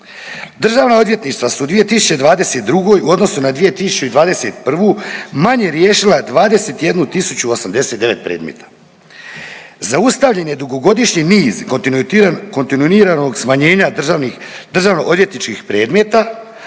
Državna odvjetništva su u 2022. u odnosu na 2021. manje riješila 21.089 predmeta. Zaustavljen je dugogodišnji niz kontinuiranog smanjenja državno odvjetničkih predmeta,